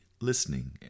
listening